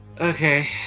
Okay